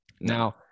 Now